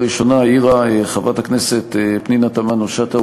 הראשונה העירה חברת הכנסת פנינה תמנו-שטה,